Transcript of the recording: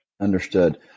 Understood